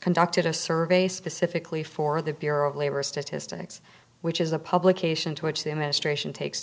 conducted a survey specifically for the bureau of labor statistics which is a publication to which the administration takes